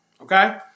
Okay